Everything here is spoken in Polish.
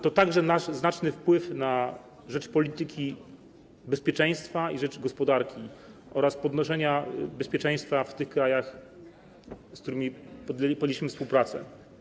To także nasz znaczny wpływ na rzecz polityki bezpieczeństwa i na rzecz gospodarki oraz poprawy bezpieczeństwa w krajach, z którymi podjęliśmy współpracę.